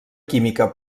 química